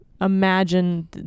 imagine